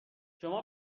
شما